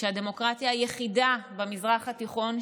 שהדמוקרטיה היחידה במזרח התיכון,